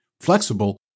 flexible